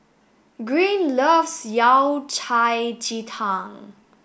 Green loves Yao Cai Ji Tang